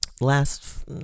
Last